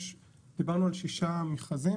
דיברתי על שישה מכרזים,